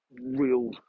real